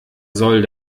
soll